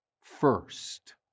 first